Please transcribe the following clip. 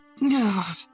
god